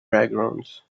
backgrounds